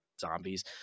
zombies